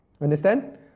understand